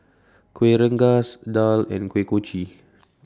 Kueh Rengas Daal and Kuih Kochi